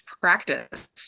practice